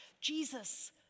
Jesus